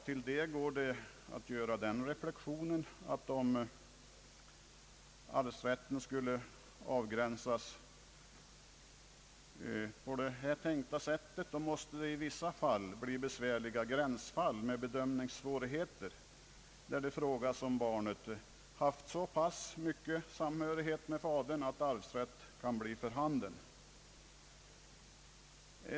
Till det kan man göra reflexionen, att om arvsrätten skulle avgränsas så, måste det i vissa fall uppstå besvärliga gränsfall med bedömningssvårigheter huruvida barnet haft så mycken samhörighet med fadern att arvsrätt kan bli för handen.